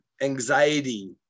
anxiety